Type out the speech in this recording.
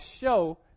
show